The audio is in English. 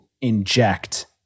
inject